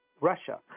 Russia